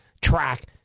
track